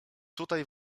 tutaj